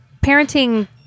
parenting